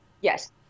Yes